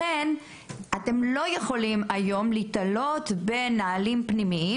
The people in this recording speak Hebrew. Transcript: לכן אתם לא יכולים היום להיתלות בנהלים פנימיים,